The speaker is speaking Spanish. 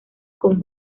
con